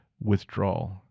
withdrawal